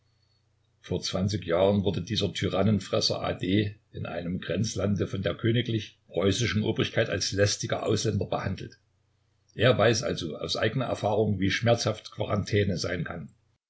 vor zwanzig jahren wurde dieser tyrannenfresser a d in einem grenzlande von der kgl preußischen obrigkeit als lästiger ausländer behandelt er weiß also aus eigener erfahrung wie schmerzhaft quarantäne sein kann